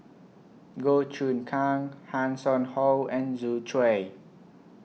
Goh Choon Kang Hanson Ho and Yu Zhuye